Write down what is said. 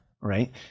right